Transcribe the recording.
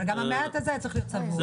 אבל גם המעט הזה היה צריך להיות צמוד.